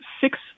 six